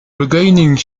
regaining